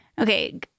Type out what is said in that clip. Okay